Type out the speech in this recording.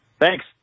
Thanks